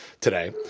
today